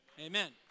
Amen